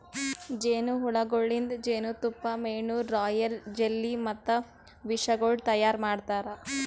ಜೇನು ಹುಳಗೊಳಿಂದ್ ಜೇನತುಪ್ಪ, ಮೇಣ, ರಾಯಲ್ ಜೆಲ್ಲಿ ಮತ್ತ ವಿಷಗೊಳ್ ತೈಯಾರ್ ಮಾಡ್ತಾರ